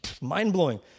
Mind-blowing